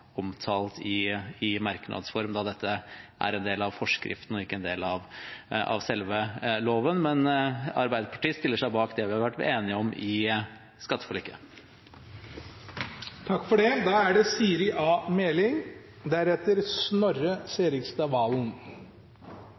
omtalt i merknads form, da dette er en del av forskriften og ikke en del av selve loven. Men Arbeiderpartiet stiller seg bak det vi har vært enige om i skatteforliket. En viktig målsetting med skattereformen som ble lagt frem for